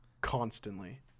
Constantly